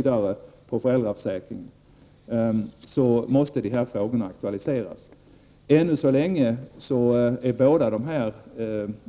Dessa båda